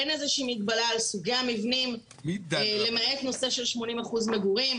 אין איזו שהיא מגבלה על סוגי המבנים למעט נושא של 80% מגורים.